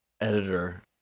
editor